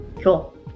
Cool